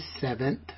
seventh